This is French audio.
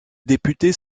députés